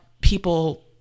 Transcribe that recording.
people